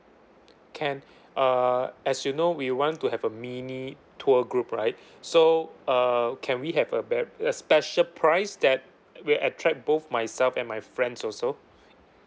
can uh as you know we want to have a mini tour group right so uh can we have a ba~ a special price that will attract both myself and my friends also